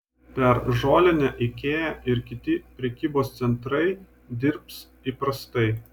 per žolinę ikea ir kiti prekybos centrai dirbs įprastai